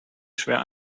schwer